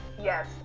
yes